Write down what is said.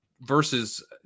versus